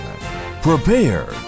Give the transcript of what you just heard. Prepare